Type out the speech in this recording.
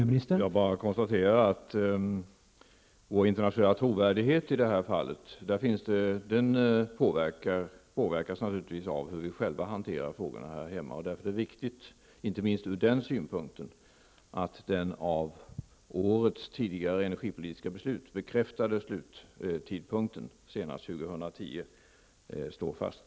Herr talman! Vår internationella trovärdighet i detta fall påverkas naturligtvis av hur vi själva hanterar frågan här hemma. Därför är det viktigt, inte minst ur den synpunkten, att den i årets tidigare energipolitiska beslut bekräftade sluttidpunkten, senaste år 2010, står fast.